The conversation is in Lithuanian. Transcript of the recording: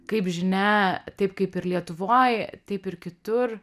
kaip žinia taip kaip ir lietuvoj taip ir kitur